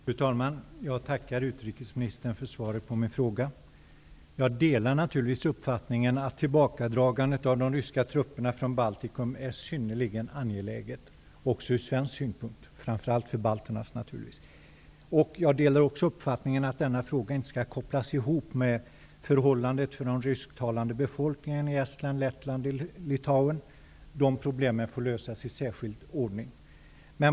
Fru talman! Jag tackar utrikesministern för svaret på min fråga. Jag delar naturligtvis uppfattningen att tillbakadragandet av de ryska trupperna från Baltikum är synnerligen angeläget, framför allt från baltisk synpunkt, men också från svensk. Jag delar också uppfattningen att denna fråga inte skall kopplas ihop med förhållandet för den rysktalande befolkningen i Estland, Lettland och Litauen. De problemen får lösas i särskild ordning.